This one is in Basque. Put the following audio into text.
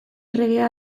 erregea